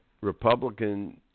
Republican